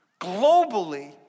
globally